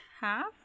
half